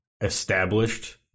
established